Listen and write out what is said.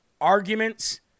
arguments